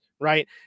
right